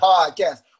Podcast